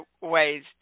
ways